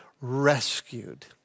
rescued